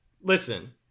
Listen